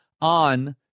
on